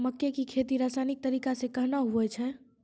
मक्के की खेती रसायनिक तरीका से कहना हुआ छ?